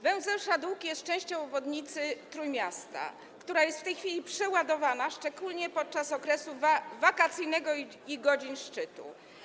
Węzeł Szadółki jest częścią obwodnicy Trójmiasta, która jest w tej chwili przeładowana, szczególnie podczas okresu wakacyjnego i godzin szczytu.